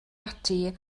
ati